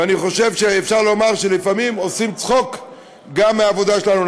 ואני חושב שאפשר לומר שלפעמים עושים צחוק גם מהעבודה שלנו.